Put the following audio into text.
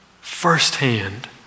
Firsthand